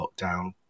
lockdown